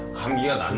come here.